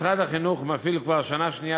משרד החינוך מפעיל זו כבר השנה השנייה